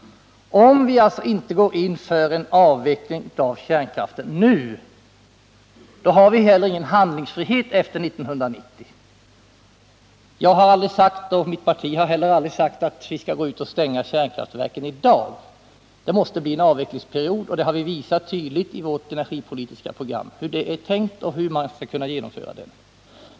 Om vi inte går in för en avveckling av kärnkraften nu, har vi heller inte någon handlingsfrihet efter 1990. Jag och mitt parti har aldrig sagt att vi i dag skall gå ut och stänga kärnkraftverken. Det måste bli en avvecklingsperiod, och vi har i vårt energipolitiska program visat hur en avveckling kan genomföras.